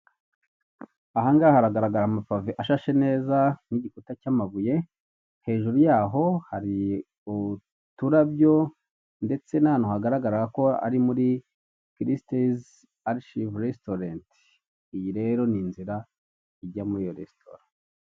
Aha ngaha haragaragara amapave ashashe neza, n'igikuta cy'amabuye, hejuru yaho hari uturabyo, ndetse n'ahantu hagaragaraga ko ari muri kirisitizi arishivu resitorenti, iyi rero ni inzira ijya muri iyo resitora.